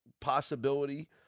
possibility